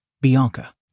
Bianca